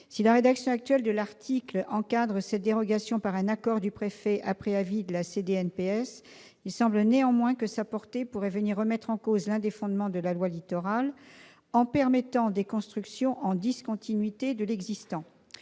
Si la rédaction actuelle de l'article encadre cette dérogation par un accord du préfet après avis de la CDNPS, il semble néanmoins que sa portée pourrait venir remettre en cause l'un des fondements de la loi Littoral en permettant des constructions en discontinuité de l'existant.